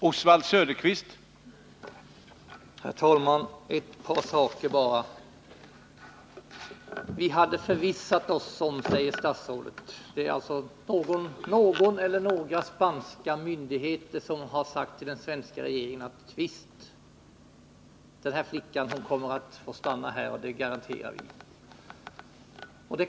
Herr talman! Bara ett par saker. Vi hade förvissat oss om det, säger statsrådet. Vid någon eller några spanska myndigheter har man alltså sagt till den svenska regeringen: Visst kommer den här flickan att få stanna, det garanterar vi.